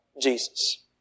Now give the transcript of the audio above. Jesus